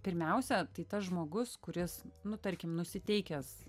pirmiausia tai tas žmogus kuris nu tarkim nusiteikęs